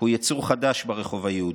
הוא יצור חדש ברחוב היהודי,